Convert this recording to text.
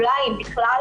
אולי אם בכלל.